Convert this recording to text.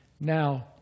Now